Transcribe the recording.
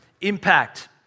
impact